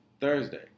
Thursday